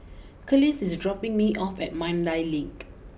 Kelis is dropping me off at Mandai Lake